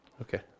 Okay